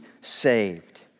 saved